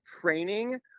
training